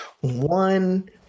one